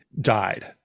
died